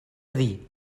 dir